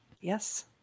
Yes